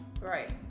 Right